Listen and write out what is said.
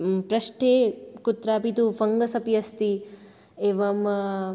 पृष्ठे अपि तु फ़ङ्गस् अपि अस्ति एवं